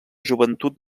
joventut